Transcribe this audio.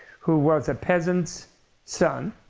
who was a peasant's son,